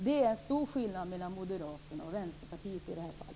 Det är stor skillnad mellan moderaterna och Vänsterpartiet i det här fallet.